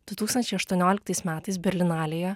du tūkstančiai aštuonioliktais metais berlynalėje